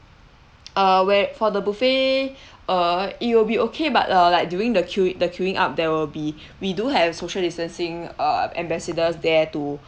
uh where for the buffet uh it will be okay but uh like during the queue the queuing up there will be we do have social distancing err ambassadors there to